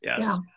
Yes